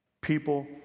people